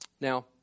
Now